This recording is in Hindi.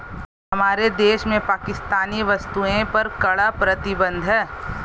हमारे देश में पाकिस्तानी वस्तुएं पर कड़ा प्रतिबंध हैं